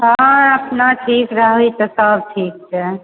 हँ अपना ठीक रही तऽ सब ठीक छै